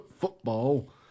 football